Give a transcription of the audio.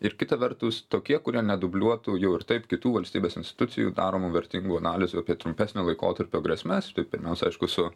ir kita vertus tokie kurie nedubliuotų jau ir taip kitų valstybės institucijų daromų vertingų analizių apie trumpesnio laikotarpio grėsmes tai pirmiausia aišku su